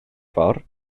ffordd